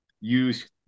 use –